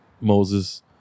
Moses